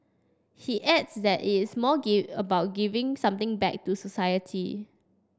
he adds that it's more about giving something back to society